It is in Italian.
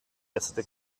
essere